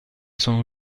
sono